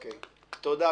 תודה.